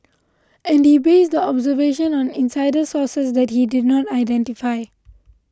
and he based the observation on insider sources that he did not identify